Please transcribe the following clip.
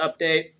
update